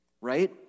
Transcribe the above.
right